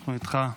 אנחנו איתך.